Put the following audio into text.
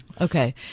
Okay